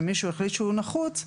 שמישהו החליט שהוא נחוץ,